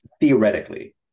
Theoretically